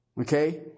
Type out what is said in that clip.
Okay